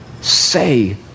say